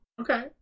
Okay